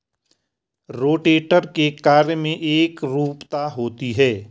rotator के कार्य में एकरूपता होती है